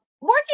working